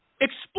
Explain